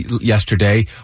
yesterday